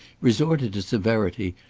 resorted to severity,